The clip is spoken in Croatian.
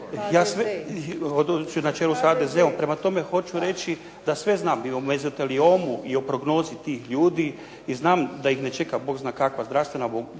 Na čelu sa HDZ-om. Hoću reći da sve znam i o mezoteliomu i o prognozi tih ljudi i znam da ih ne čeka bog zna kakva zdravstvena